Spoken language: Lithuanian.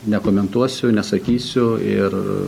nekomentuosiu nesakysiu ir